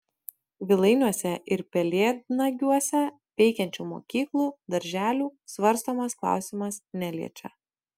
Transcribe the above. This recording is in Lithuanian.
vilainiuose ir pelėdnagiuose veikiančių mokyklų darželių svarstomas klausimas neliečia